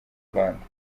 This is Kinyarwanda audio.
rwanda